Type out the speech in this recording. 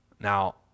Now